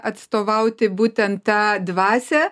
atstovauti būtent tą dvasią